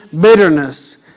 bitterness